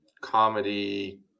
comedy